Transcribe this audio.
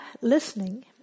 listening